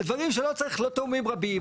ודברים שלא צריך להם תיאומים רבים,